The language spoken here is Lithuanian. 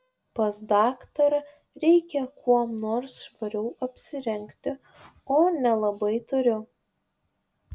pas daktarą reikia kuom nors švariau apsirengti o nelabai turiu